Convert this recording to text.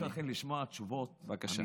אשמח, אכן, לשמוע תשובות אמיתיות